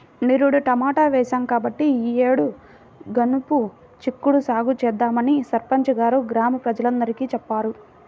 నిరుడు టమాటా వేశాం కాబట్టి ఈ యేడు గనుపు చిక్కుడు సాగు చేద్దామని సర్పంచి గారు గ్రామ ప్రజలందరికీ చెప్పారు